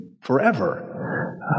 forever